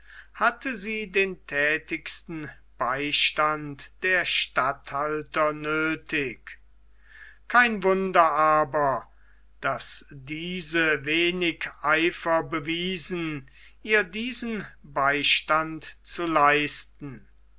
hatte sie den thätigsten beistand der statthalter nöthig kein wunder aber daß diese wenig eifer bewiesen ihr diesen beistand zu leisten